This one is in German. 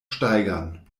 steigern